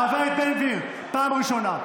חבר הכנסת בן גביר, פעם ראשונה.